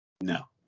No